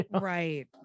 right